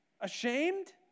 Ashamed